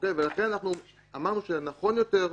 לכן אמרנו שנכון יותר,